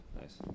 Nice